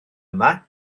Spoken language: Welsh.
yma